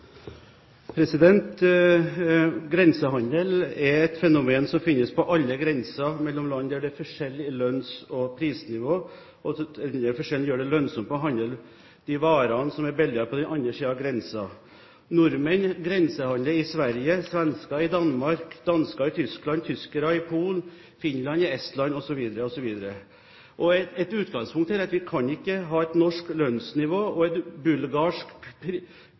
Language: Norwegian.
Grensehandel er et fenomen som finnes på alle grenser mellom land der det er forskjellig lønns- og prisnivå, og hvor denne forskjellen gjør det lønnsomt å handle de varene som er billigere på andre siden av grensen. Nordmenn grensehandler i Sverige, svensker i Danmark, dansker i Tyskland, tyskere i Polen, finner i Estland osv. Et utgangspunkt her er at vi ikke kan ha et norsk lønnsnivå og et bulgarsk